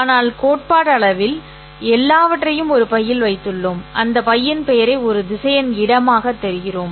ஆனால் கோட்பாட்டளவில் எல்லாவற்றையும் ஒரு பையில் வைத்துள்ளோம் அந்த பையின் பெயரை ஒரு திசையன் இடமாக தருகிறோம்